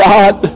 God